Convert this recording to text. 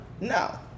no